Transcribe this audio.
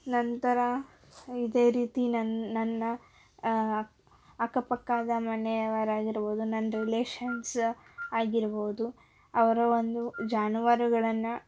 ನಂತರ ಇದೇ ರೀತಿ ನನ್ನ ನನ್ನ ಅಕ್ ಅಕ್ಕಪಕ್ಕದ ಮನೆಯವರಾಗಿರ್ಬೋದು ನನ್ನ ರಿಲೇಶನ್ಸ ಆಗಿರ್ಬೋದು ಅವರ ಒಂದು ಜಾನುವಾರುಗಳನ್ನು